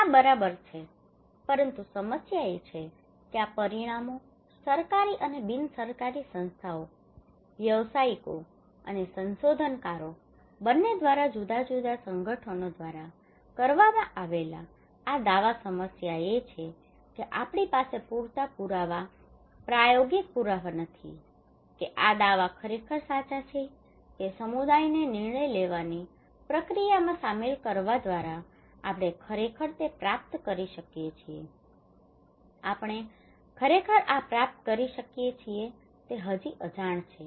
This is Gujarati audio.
આ બરાબર છે પરંતુ સમસ્યા એ છે કે આ પરિણામો સરકારી અને બિન સરકારી સંસ્થાઓ વ્યવસાયિકો અને સંશોધનકારો બંને દ્વારા જુદા જુદા સંગઠનો દ્વારા કરવામાં આવેલા આ દાવા સમસ્યા એ છે કે આપણી પાસે પૂરતા પુરાવા પ્રયોગિક પુરાવા નથી કે આ દાવા ખરેખર સાચા છે કે સમુદાયને નિર્ણય લેવાની પ્રક્રિયામાં સામેલ કરવા દ્વારા આપણે ખરેખર તે પ્રાપ્ત કરી શકીએ છીએ આપણે ખરેખર આ પ્રાપ્ત કરી શકીએ છીએ તે હજી અજાણ છે